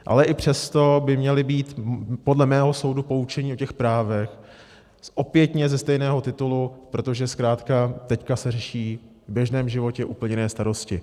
Ale i přesto by měli být podle mého soudu poučeni o těch právech, opětně ze stejného titulu, protože zkrátka teď se řeší v běžném životě úplně jiné starosti.